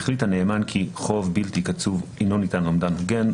החליט הנאמן כי חוב בלתי קצוב אינו ניתן לאומדן הוגן,